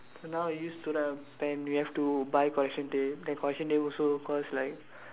then now we used to rely on pen we have to buy correction tape the correction tape also cost like